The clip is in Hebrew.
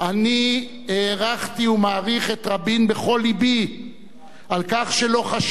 אני הערכתי ומעריך את רבין בכל לבי על כך שלא חשש